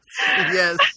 yes